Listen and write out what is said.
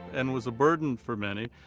and was a burden for many.